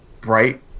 bright